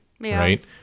right